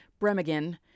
Bremigan